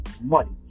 money